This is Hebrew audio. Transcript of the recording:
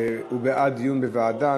הוא בעד דיון בוועדה,